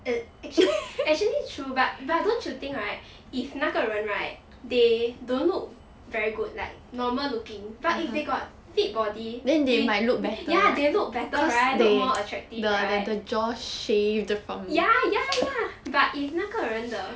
ac~ actually actually true but but don't you think right if 那个人 right they don't look very good like normal looking but if they got fit body they ya they look better right look more attractive right ya ya ya but if 那个人的